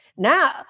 Now